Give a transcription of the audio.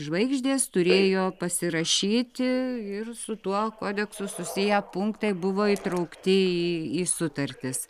žvaigždės turėjo pasirašyti ir su tuo kodeksu susiję punktai buvo įtraukti į į sutartis